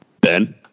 ben